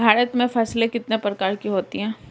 भारत में फसलें कितने प्रकार की होती हैं?